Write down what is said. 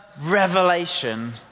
revelation